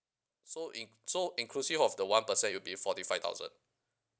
so inc~ so inclusive of the one percent it will be forty five thousand